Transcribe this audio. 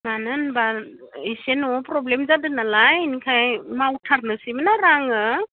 मानो होमब्ला एसे न'आव प्रब्लेम जादोनालाय इनिखायनो मावथारनोसैमोन आरो आङो